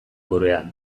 gurean